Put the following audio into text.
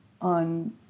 on